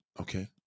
okay